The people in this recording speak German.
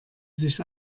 sich